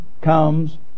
comes